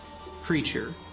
creature